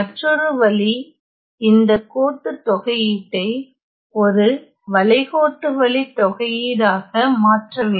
மற்றொரு வழி இந்த கோட்டுத் தொகையீட்டை ஒரு வளைகோட்டு வழித்தொகையீடாக மாற்ற வேண்டும்